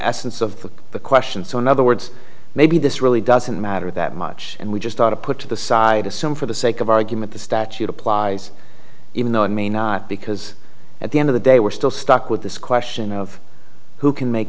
essence of the question so in other words maybe this really doesn't matter that much and we just ought to put to the side assume for the sake of argument the statute applies even though it may not because at the end of the day we're still stuck with this question of who can make